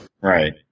right